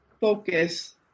focus